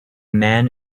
man